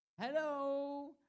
hello